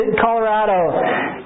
Colorado